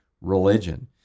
religion